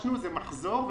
שביקשנו זה מחזור בכסף.